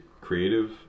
creative